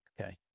Okay